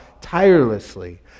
tirelessly